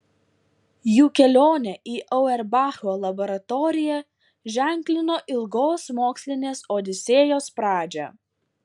jų kelionė į auerbacho laboratoriją ženklino ilgos mokslinės odisėjos pradžią